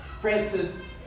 Francis